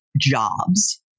jobs